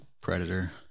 Predator